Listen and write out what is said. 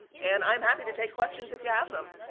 and, i'm happy to take questions if you have them.